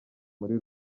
muri